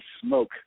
Smoke